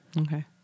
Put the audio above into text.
Okay